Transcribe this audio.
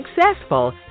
successful